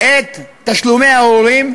את תשלומי ההורים,